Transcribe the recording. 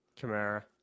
Camara